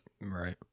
Right